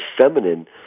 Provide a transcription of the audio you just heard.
feminine